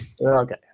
Okay